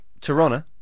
Toronto